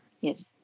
Yes